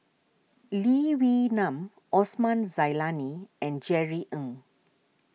Lee Wee Nam Osman Zailani and Jerry Ng